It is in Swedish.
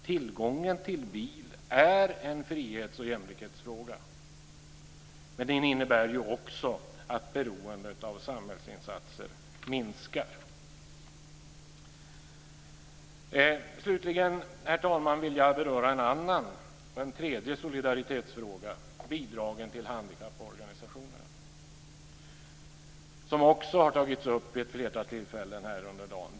Tillgången till bil är en frihets och jämlikhetsfråga. Den innebär också att beroendet av samhällsinsatser minskar. Slutligen, herr talman, vill jag beröra en tredje solidaritetsfråga - bidragen till handikapporganisationerna. Det har också tagits upp vid ett flertal tillfällen här under dagen.